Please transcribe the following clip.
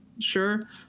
sure